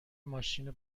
ماشین